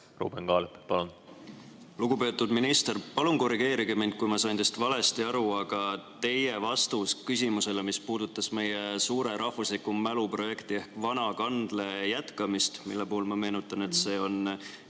Ruuben Kaalep, palun! Lugupeetud minister, palun korrigeerige mind, kui ma sain teist valesti aru, kui te vastasite küsimusele, mis puudutas meie suurt rahvusliku mälu projekti ehk "Vana kandle" jätkamist. Ma meenutan, et see on